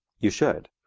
you should,